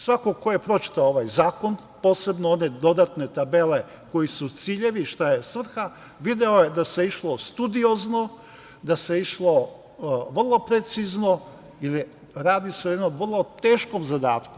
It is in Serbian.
Svako ko je pročitao ovaj zakon, posebno one dodatne tabele, koji su ciljevi, šta je svrha, video je da se išlo studiozno, da se išlo vrlo precizno, jer radi se o jednom vrlo teškom zadatku.